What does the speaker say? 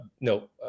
no